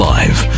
Live